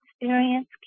Experience